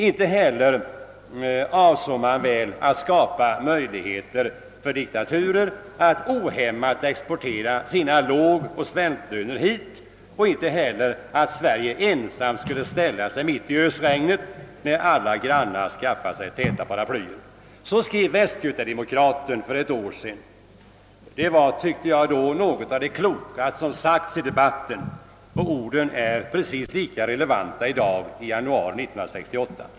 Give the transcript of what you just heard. Inte heller avsåg man väl att skapa möjligheter för diktaturer att ohämmat exportera sina lågeller svältlöner hit och inte heller att Sverige ensamt skulle ställa sig mitt i ösregnet, när alla grannar skaffar sig täta paraplyer.» Så skrev Västgöta-Demokraten för ett par år sedan. Det är något av det klokaste som sagts i debatten. Dessa ord är lika relevanta i dag i januari 1968.